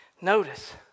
Notice